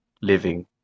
living